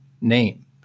name